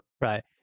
right